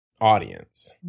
audience